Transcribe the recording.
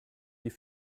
die